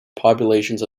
populations